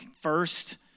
first